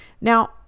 Now